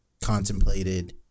Contemplated